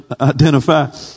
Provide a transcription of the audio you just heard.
identify